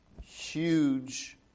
huge